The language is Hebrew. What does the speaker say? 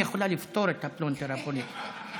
יכולה לפתור את הפלונטר הפוליטי.